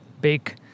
big